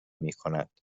میکند